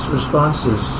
responses